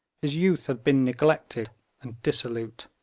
his youth had been neglected and dissolute.